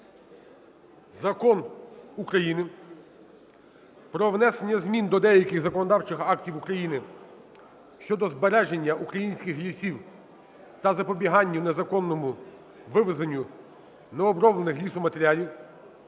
Закон України "Про внесення змін до деяких законодавчих актів України щодо збереження українських лісів та запобіганню незаконному вивезенню необроблених лісоматеріалів",